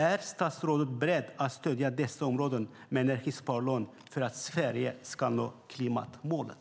Är statsrådet beredd att stödja dessa områden med energisparlån för att Sverige ska nå klimatmålet?